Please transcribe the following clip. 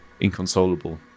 inconsolable